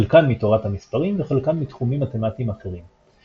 חלקן מתורת המספרים וחלקן מתחומים מתמטיים אחרים.